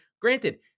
granted